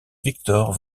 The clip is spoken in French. viktor